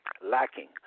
lacking